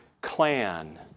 clan